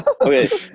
Okay